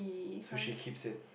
so she keeps it